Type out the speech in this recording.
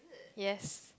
yes